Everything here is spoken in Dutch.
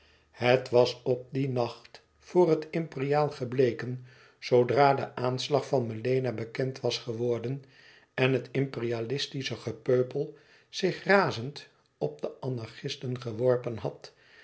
het was op dien nacht voor het imperiaal gebleken zoodra de aanslag van melena bekend was geworden en het imperialistische gepeupel zich razend op de anarchisten geworpen had